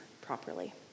properly